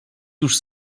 już